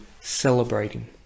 celebrating